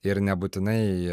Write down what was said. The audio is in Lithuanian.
ir nebūtinai